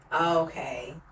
Okay